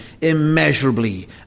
immeasurably